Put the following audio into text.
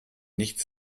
nichts